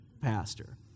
pastor